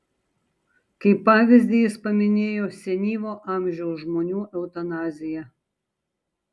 kaip pavyzdį jis paminėjo senyvo amžiaus žmonių eutanaziją